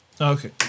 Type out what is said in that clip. Okay